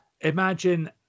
imagine